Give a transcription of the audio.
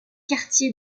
quartier